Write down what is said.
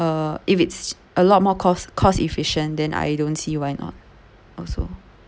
uh if it's a lot more cost cost efficient than I don't see why not also